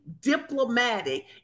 diplomatic